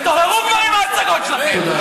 תתעוררו כבר עם ההצגות שלכם.